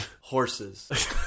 horses